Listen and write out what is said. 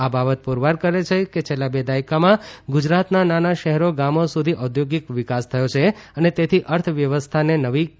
આ બાબત પુરવાર કરે છે કે છેલ્લા બે દાયકામાં ગુજરાતના નાના શહેરો ગામો સુધી ઔદ્યોગીક વિકાસ થયો છે અને તેથી અર્થવ્યવસ્થાને નવી ગતિ મળી છે